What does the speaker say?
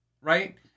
right